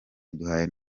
iduhaye